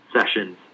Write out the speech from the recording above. sessions